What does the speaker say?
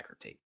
tape